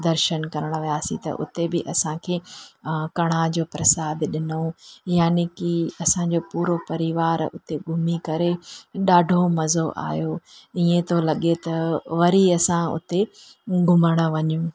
दर्शन करणु वियासीं त उते बि असांखे कणाह जो प्रसाद ॾिञऊं याने कि असांजो पूरो परिवार उते घुमी करे ॾाढो मज़ो आहियो इएं थो लॻे त वरी असां उते घुमणु वञूं